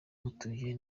mutuye